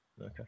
Okay